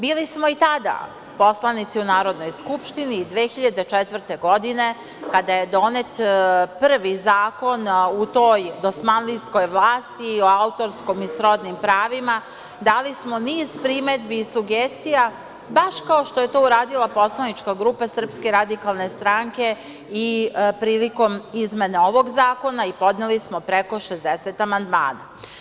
Bili smo i tada poslanici u Narodnoj skupštini i 2004. godine kada je donet prvi zakon u toj dosmanlijskoj vlasti o autorskom i srodnim pravima, dali smo niz primedbi i sugestija, baš kao što je to uradila poslanička grupa SRS i prilikom izmene ovog zakona i podneli smo preko 60 amandmana.